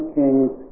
kings